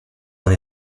dans